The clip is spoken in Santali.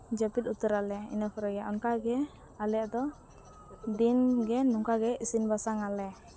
ᱡᱟᱹᱯᱤᱫ ᱩᱛᱟᱹᱨᱟᱞᱮ ᱤᱱᱟᱹ ᱯᱚᱨᱮᱜᱮ ᱚᱱᱠᱟᱜᱮ ᱟᱞᱮᱫᱚ ᱫᱤᱱᱜᱮ ᱱᱚᱝᱠᱟ ᱜᱮ ᱤᱥᱤᱱᱼᱵᱟᱥᱟᱝ ᱟᱞᱮ